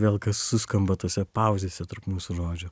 vėl kas suskamba tose pauzėse tarp mūsų žodžių